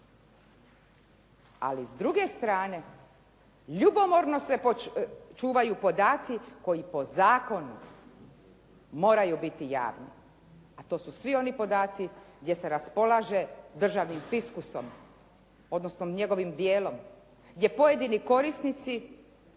Ali s druge strane, ljubomorno se čuvaju podaci koji po zakonu moraju biti javni a to su svi oni podaci gdje se raspolaže državnim fiskusom odnosno njegovim djelom, gdje pojedini korisnici